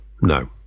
no